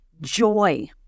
joy